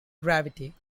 gravity